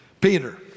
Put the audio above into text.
Peter